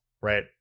Right